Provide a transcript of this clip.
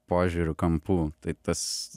požiūrių kampų tai tas